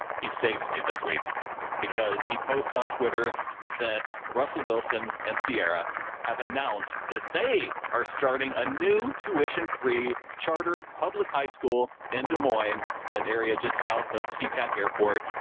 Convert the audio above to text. he saves me this week because he posts on twitter that russell wilson and sierra have announced that they are starting a new tuition, free charter public high school in des moines, that area just south of sea-tac airport.